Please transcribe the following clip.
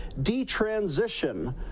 detransition